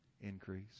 Increase